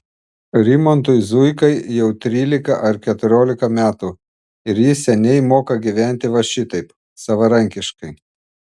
rimantui zuikai jau trylika ar keturiolika metų ir jis seniai moka gyventi va šitaip savarankiškai